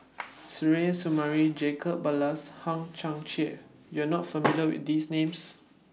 Suzairhe Sumari Jacob Ballas and Hang Chang Chieh YOU Are not familiar with These Names